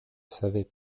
savais